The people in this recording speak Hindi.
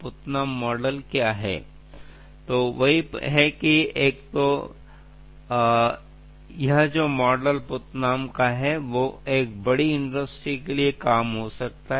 पुत्नाम का अनुमान मॉडल यह बहुत बड़ी प्रणाली के लिए यथोचित काम करता है